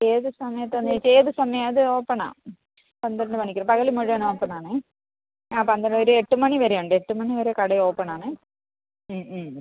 ഏത് സമയത്താണ് ഏത് സമയം അത് ഓപ്പണാ പന്ത്രണ്ട് മണിക്ക് പകൽ മുഴുവൻ ഓപ്പൺ ആണേ ആ പന്ത്രണ്ട് ഒരു എട്ട് മണി വരെയുണ്ട് എട്ട് മണി വരെ കട ഓപ്പൺ ആണേ മ്മ് മ്മ്